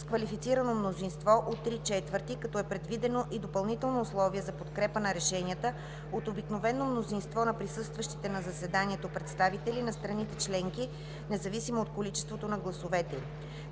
с квалифицирано мнозинство от 3/4, като е предвидено и допълнително условие за подкрепа на решенията от обикновено мнозинство на присъстващите на заседанието представители на страните членки независимо от количеството на гласовете